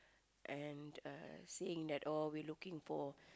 and uh saying that oh we looking for